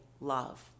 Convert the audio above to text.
love